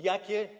Jakie?